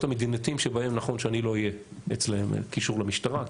המדינתיים שנכון שאני לא אהיה אצלם קישור למשטרה,